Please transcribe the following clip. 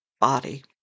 body